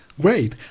Great